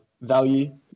value